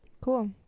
Cool